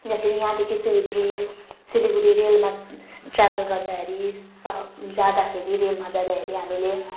जसरी यहाँदेखि सिलगढी सिलगढी रेलमा ट्राभल गर्दाखेरि जाँदाखेरि रेलमा जाँदाखेरि हामीले